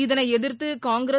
இதனைஎதிர்த்துகாங்கிரஸ்